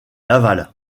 laval